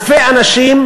אלפי אנשים